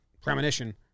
premonition